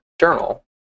journal